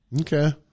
Okay